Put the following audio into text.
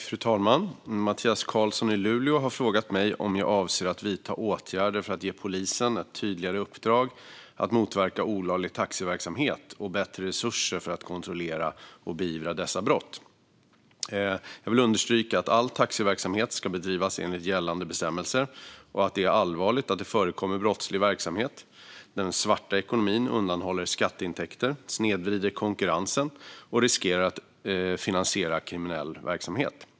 Fru talman! Mattias Karlsson i Luleå har frågat mig om jag avser att vidta åtgärder för att ge polisen ett tydligare uppdrag att motverka olaglig taxiverksamhet och bättre resurser för att kontrollera och beivra dessa brott. Jag vill understryka att all taxiverksamhet ska bedrivas enligt gällande bestämmelser och att det är allvarligt att det förekommer brottslig verksamhet. Den svarta ekonomin undanhåller skatteintäkter, snedvrider konkurrensen och riskerar att finansiera kriminell verksamhet.